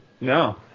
no